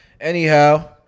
Anyhow